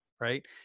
right